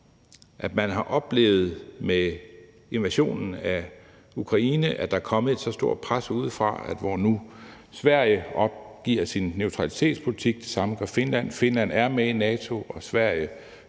det, man har oplevet med invasionen af Ukraine, er kommet et så stort pres udefra, hvor Sverige nu opgiver sin neutralitetspolitik, og det samme gør Finland. Finland er med i NATO, og Sverige følger efter,